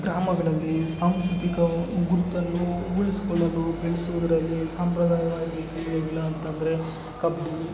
ಗ್ರಾಮಗಳಲ್ಲಿ ಸಾಂಸ್ಕೃತಿಕ ಗುರುತನ್ನು ಉಳಿಸಿಕೊಳ್ಳಲು ಬೆಳೆಸುವುದರಲ್ಲಿ ಸಾಂಪ್ರದಾಯಿಕವಾಗಿ ಕೇಳೀಬರೋ ಅಂತಂದರೆ ಕಬಡ್ಡಿ